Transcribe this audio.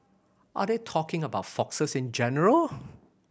are they talking about foxes in general